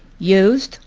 used,